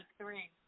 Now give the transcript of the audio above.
three